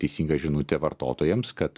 teisinga žinutė vartotojams kad